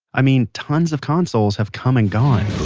i mean, tons of consoles have come and gone.